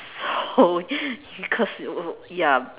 so you cause uh uh ya